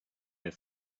here